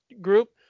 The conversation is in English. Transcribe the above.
group